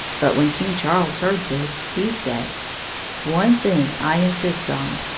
but when king charles heard this, he said one thing i insist on.